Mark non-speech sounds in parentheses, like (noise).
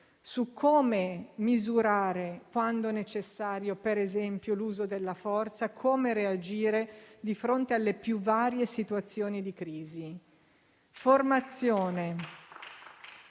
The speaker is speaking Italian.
su come misurare, quando è necessario - per esempio - l'uso della forza, come reagire di fronte alle più varie situazioni di crisi. (applause)